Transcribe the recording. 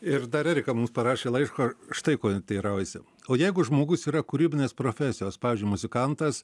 ir dar erika mums parašė laišką štai ko ji teiraujasi o jeigu žmogus yra kūrybinės profesijos pavyzdžiui muzikantas